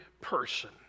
person